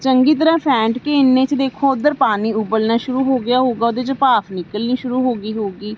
ਚੰਗੀ ਤਰ੍ਹਾਂ ਫੈਂਟ ਕੇ ਇੰਨੇ 'ਚ ਦੇਖੋ ਉੱਧਰ ਪਾਣੀ ਉਬਲਣਾ ਸ਼ੁਰੂ ਹੋ ਗਿਆ ਹੋਊਗਾ ਉਹਦੇ 'ਚ ਭਾਫ਼ ਨਿਕਲਣੀ ਸ਼ੁਰੂ ਹੋ ਗਈ ਹੋਊਗੀ